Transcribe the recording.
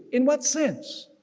in what sense?